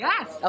Yes